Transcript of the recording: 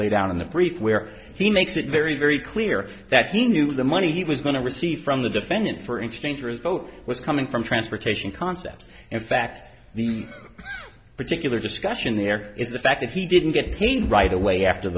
out in the brief where he makes it very very clear that he knew the money he was going to receive from the defendant for in change or his boat was coming from transportation concept in fact the particular discussion there is the fact that he didn't get paid right away after